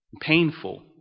painful